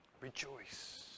rejoice